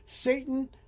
Satan